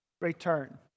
return